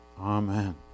Amen